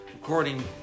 Recording